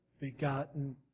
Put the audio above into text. begotten